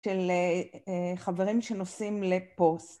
של חברים שנוסעים לכוס.